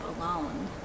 alone